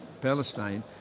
Palestine